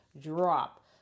drop